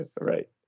Right